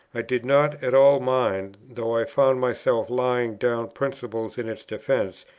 i did not at all mind, though i found myself laying down principles in its defence,